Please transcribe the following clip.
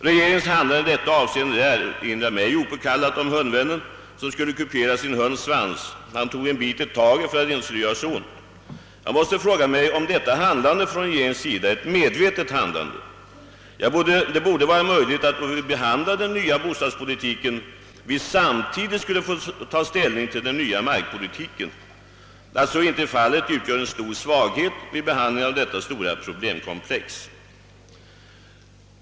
Regeringens handlande i detta avseende erinrar mig opåkallat om hundvännen som skulle kupera sin hunds svans. Han tog en bit i taget för att det inte skulle göra så ont. Tillåt mig fråga, om detta handlande från regeringens sida är ett medvetet handlande. Det borde vara möjligt att, då vi behandlar den nya bostadspolitiken, vi samtidigt skule få ta' ställning till den nya markpolitiken. Att så inte är fallet utgör en stor svaghet vid behandlingen av detta stora problemkomplex.